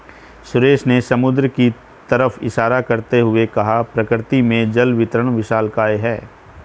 सुरेश ने समुद्र की तरफ इशारा करते हुए कहा प्रकृति में जल वितरण विशालकाय है